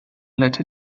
let